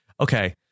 Okay